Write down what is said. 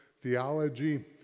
theology